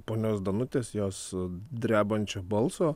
ponios danutės jos drebančio balso